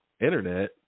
Internet